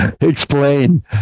explain